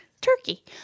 Turkey